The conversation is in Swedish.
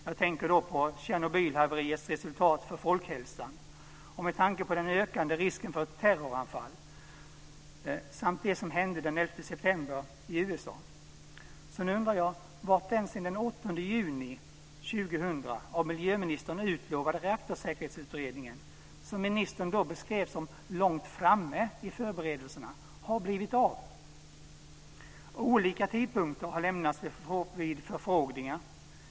Jag tänker då på Tjernobylhaveriets resultat för folkhälsan, den ökande risken för terroranfall samt det som hände den 11 september i Nu undrar jag vart den sedan 8 juni 2000 utlovade reaktorsäkerhetsutredningen, som ministern då beskrev som långt framme i förberedelserna, har blivit av. Olika tidpunkter har lämnats vid förfrågningar.